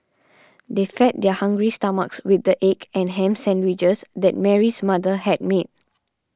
they fed their hungry stomachs with the egg and ham sandwiches that Mary's mother had made